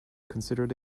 considered